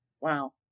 Wow